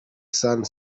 sun